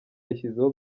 yashyizeho